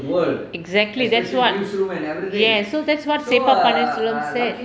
exactly that's what ya so that's what se pa panneerselvam said